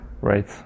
Right